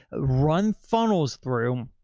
run funnels through.